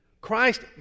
Christ